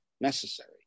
necessary